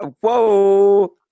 Whoa